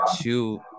two